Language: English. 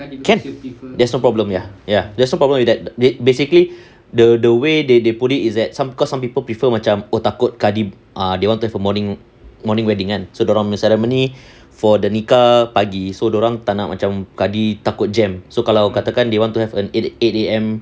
can yes no problem ya ya there's no problem with that basically the the way they they put it is that because some people prefer macam oh takut kadi err they wanted for morning morning wedding kan so dorangnya ceremony for the nikah pagi so dorang tak nak macam kadi takut jam so kalau katakan they wanted to have a eight A_M